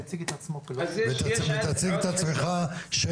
קודם תציג את עצמך.